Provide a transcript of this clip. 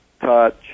touch